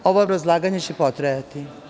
Ovo obrazlaganje će potrajati.